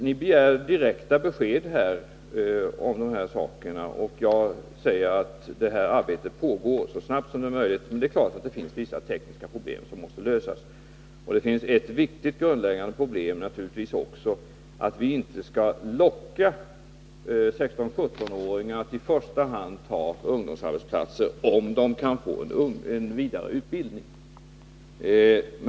Ni begär direkta besked om dessa saker, och jag säger att detta arbete pågår så snabbt som det är möjligt. Ett viktigt och grundläggande problem är naturligtvis också att vi inte skall locka 16-17-åringar att i första hand ta ungdomsarbetsplatser om de kan få vidareutbildning.